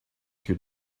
two